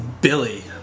Billy